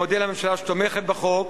ומודה לממשלה שתומכת בחוק.